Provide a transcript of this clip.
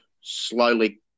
slowly